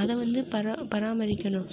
அதை வந்து பரா பராமரிக்கணும்